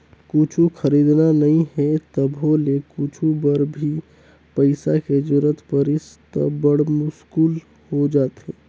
कुछु खरीदना नइ हे तभो ले कुछु बर भी पइसा के जरूरत परिस त बड़ मुस्कुल हो जाथे